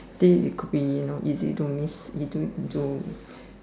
this it could be you know easy to miss